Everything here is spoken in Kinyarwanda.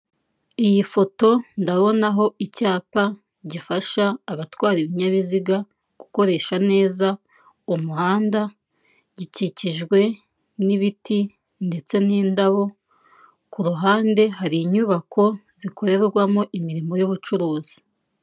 Iyi foto ndabona ho icyapa gifasha abatwara ibinyabiziga gukoresha neza umuhanda. Gikikijwe n'ibiti ndetse n'indabo. Ku ruhande hari inyubako zikorerwamo imirimo y'ubucuruzi.